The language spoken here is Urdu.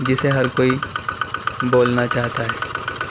جسے ہر کوئی بولنا چاہتا ہے